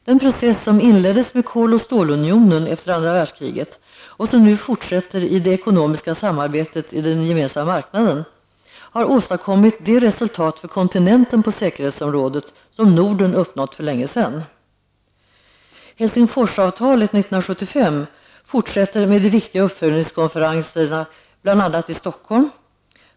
Den process som inleddes med Kol och stålunionen efter andra världskriget, och som nu fortsätter i det ekonomiska samarbetet i den gemensamma marknaden, har åstadkommit det resultat för kontinenten på säkerhetsområdet som Norden uppnått för länge sedan. Helsingforsavtalet 1975 fortsätter med de viktiga uppföljningskonferenserna, bl.a. i Stockholm.